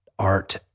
art